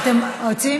אתם רוצים?